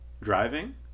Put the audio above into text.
driving